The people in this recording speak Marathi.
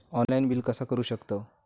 ऑनलाइन बिल कसा करु शकतव?